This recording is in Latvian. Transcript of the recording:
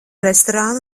restorānu